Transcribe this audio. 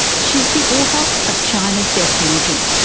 she's the author of china's death penalty.